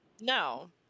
no